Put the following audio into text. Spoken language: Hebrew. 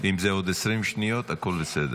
אם זה עוד 20 שניות הכול בסדר.